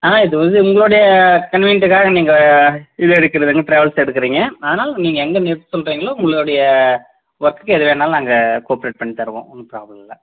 ஆ இது வந்து உங்களுடைய கன்வீனியன்ட்டுக்காக நீங்கள் இது எடுக்கிறதுங்க டிராவல்ஸ் எடுக்குறீங்க அதனால் நீங்கள் எங்கே நிறுத்த சொல்கிறீங்களோ உங்களுடைய ஒர்க்குக்கு எது வேணுனாலும் நாங்கள் கோஆப்ரேட் பண்ணித்தருவோம் ஒன்றும் ப்ராப்ளம் இல்லை